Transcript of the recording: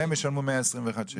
שניהם ישלמו 121 שקלים.